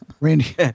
Randy